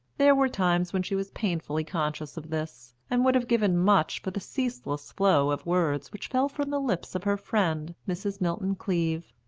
there were times when she was painfully conscious of this, and would have given much for the ceaseless flow of words which fell from the lips of her friend mrs. milton-cleave.